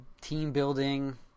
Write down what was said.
team-building